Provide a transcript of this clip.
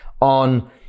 on